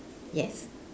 yes